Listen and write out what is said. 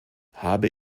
habe